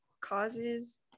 causes